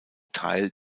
teil